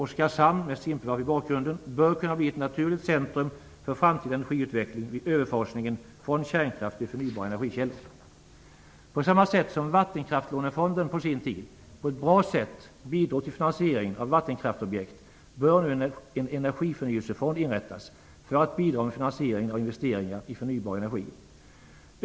Oskarshamn bör kunna bli ett naturligt centrum för framtida energiutveckling vid överfasningen från kärnkraft till förnybara energikällor. På samma sätt som Vattenkraftlånefonden på sin tid på ett bra sätt bidrog till finansieringen av vattenkraftsobjekt bör nu en energiförnyelsefond inrättas, som skall bidra med finansieringen av investeringar i förnybar energi.